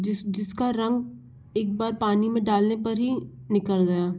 जिस जिसका रंग एक बार पानी में डालने पर ही निकल गया